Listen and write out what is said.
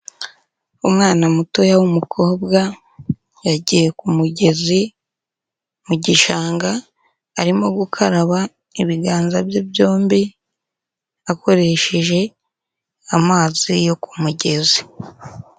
Umwana mutoya w'umukobwa yagiye ku mugezi mu gishanga, arimo gukaraba ibiganza bye byombi, akoresheje amazi yo ku mugezi.